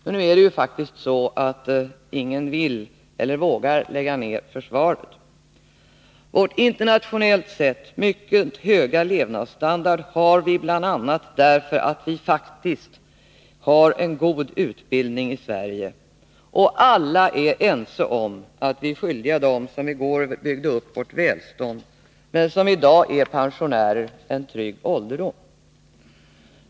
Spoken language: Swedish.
Men nu är det ju faktiskt så att ingen vill eller vågar lägga ner försvaret, vår internationellt sett mycket höga levnadsstandard har vi därför att vi faktiskt har en god utbildning i Sverige och alla är ense om att vi är skyldiga dem som i går byggde upp vårt välstånd men som i dag är pensionärer en trygg ålderdom.